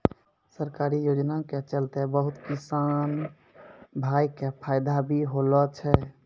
सरकारी योजना के चलतैं बहुत किसान भाय कॅ फायदा भी होलो छै